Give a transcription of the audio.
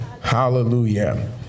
Hallelujah